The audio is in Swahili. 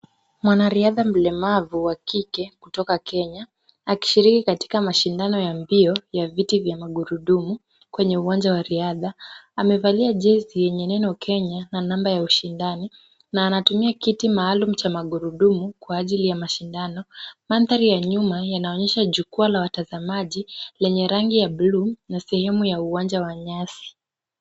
Mwanariadha mlemavu wa kike kutoka Kenya, akishiriki katika mashindano ya mbio ya viti vya magurudumu kwenye uwanja wa riadha, amevalia jezi yenye neno Kenya na namba ya ushindani na anatumia kiti maalum cha magurudumu kwa ajili ya mashindano. Mandhari ya nyuma yanaonyesha jukwaa la watazamaji lenye rangi ya bluu na sehemu ya uwanja wa nyasi.